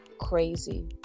crazy